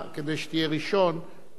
אין צורך בהסתייגויות דיבור